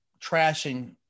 trashing